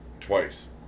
Twice